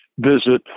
Visit